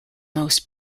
most